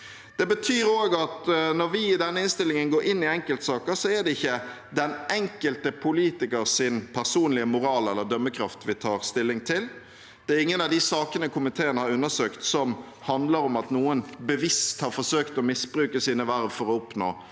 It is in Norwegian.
habilitetsregelverk mv. 2024 innstillingen går inn i enkeltsaker, er det ikke den enkelte politikers personlige moral eller dømmekraft vi tar stilling til. Det er ingen av de sakene komiteen har undersøkt, som handler om at noen bevisst har forsøkt å misbruke sine verv for å oppnå